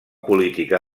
política